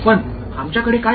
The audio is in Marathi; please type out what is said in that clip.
पण आमच्याकडे काय आहे